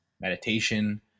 meditation